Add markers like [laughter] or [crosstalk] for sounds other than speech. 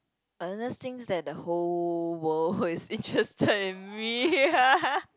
Ernest thinks that the whole world is interested in me [laughs]